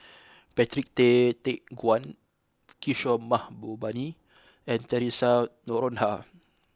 Patrick Tay Teck Guan Kishore Mahbubani and Theresa Noronha